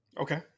Okay